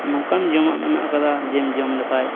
ᱱᱚᱝᱠᱟᱱ ᱡᱚᱢᱟᱜ ᱢᱮᱱᱟᱜ ᱠᱟᱫᱟ ᱡᱮ ᱡᱚᱢ ᱞᱮᱠᱷᱟᱡ